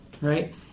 right